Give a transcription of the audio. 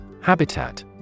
Habitat